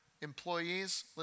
employees